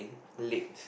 late